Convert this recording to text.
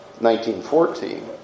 1914